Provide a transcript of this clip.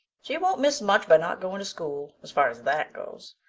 she won't miss much by not going to school, as far as that goes.